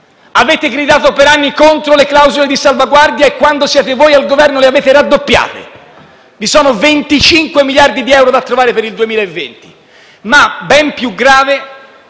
Avete gridato per anni contro le clausole di salvaguardia e, ora che siete voi al Governo, le avete raddoppiate; vi sono 25 miliardi di euro da trovare per il 2020. Ma, ben più grave,